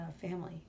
family